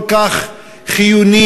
כל כך חיוני,